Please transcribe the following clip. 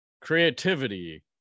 creativity